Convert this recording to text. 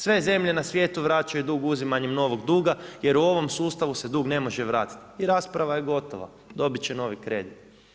Sve zemlje na svijetu vraćaju dug uzimanjem novog duga, jer u ovom sustavu se dug ne može vratiti i rasprava je gotova, dobit će novi kredit.